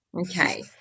Okay